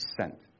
sent